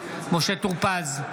משה טור פז,